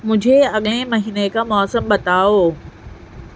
مجھے اگلے مہینے کا موسم بتاؤ